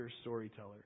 storyteller